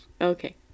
okay